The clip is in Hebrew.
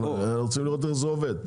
אנחנו רוצים לראות איך זה עובד.